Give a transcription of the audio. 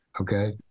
okay